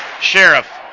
Sheriff